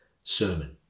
sermon